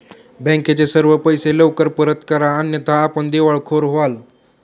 बँकेचे सर्व पैसे लवकर परत करा अन्यथा आपण दिवाळखोर व्हाल